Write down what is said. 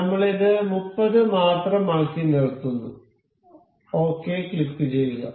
നമ്മൾ ഇത് 30 മാത്രം ആക്കി നിർത്തുന്നു ഓകെ ക്ലിക്കുചെയ്യുക